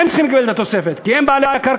הם צריכים לקבל את התוספת כי הם בעלי הקרקע.